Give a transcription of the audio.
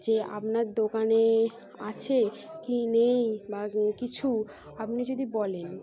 যে আপনার দোকানে আছে কী নেই বা কিছু আপনি যদি বলেন